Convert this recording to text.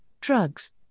drugs